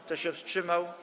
Kto się wstrzymał?